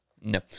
No